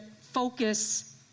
focus